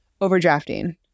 overdrafting